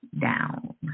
down